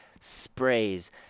sprays